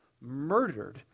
murdered